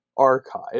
Archive